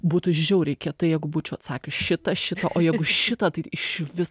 būtų žiauriai kietai jeigu būčiau atsakius šitą šitą o jeigu šitą tai išvis